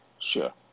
Sure